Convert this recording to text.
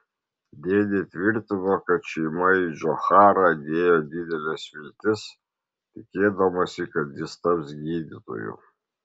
dėdė tvirtino kad šeima į džocharą dėjo dideles viltis tikėdamasi kad jis taps gydytoju